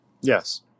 Yes